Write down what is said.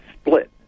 split